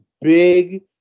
Big